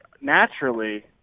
naturally